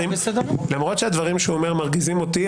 למרות שהדברים שהוא אומר מרגיזים אותי,